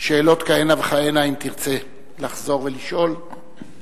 שאלות כהנה וכהנה אם תרצה לחזור ולשאול את השר.